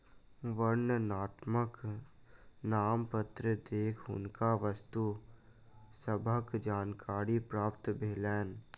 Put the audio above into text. वर्णनात्मक नामपत्र देख हुनका वस्तु सभक जानकारी प्राप्त भेलैन